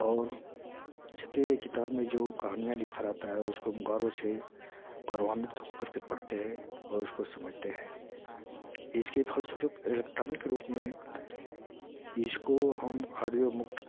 और छपे हुए किताब में जो कहानियाँ लिखा रखा रहता है उसको हम गौरव से गौरवान्वित होकर के पढ़ते हैं और उसको समझते हैं इसके फलस्वरूप एलेक्ट्रॉनिक रूप में इसको हम औडियो मुक्त